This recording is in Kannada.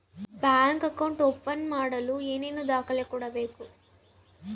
ಬ್ಯಾಂಕ್ ಅಕೌಂಟ್ ಓಪನ್ ಏನೇನು ದಾಖಲೆ ಕೊಡಬೇಕು?